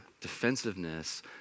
defensiveness